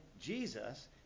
Jesus